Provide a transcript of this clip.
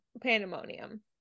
pandemonium